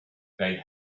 they